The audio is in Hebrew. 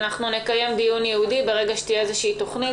נקיים דיון ייעודי ברגע שתהיה איזו תוכנית